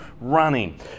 running